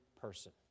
person